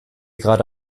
gerade